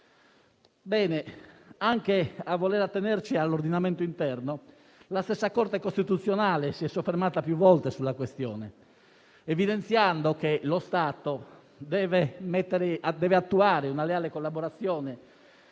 nave. Anche a voler attenerci all'ordinamento interno, la stessa Corte costituzionale si è soffermata più volte sulla questione, evidenziando che lo Stato deve attuare una leale collaborazione